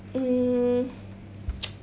mm